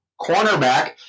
cornerback